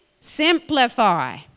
Simplify